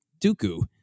Dooku